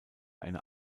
eine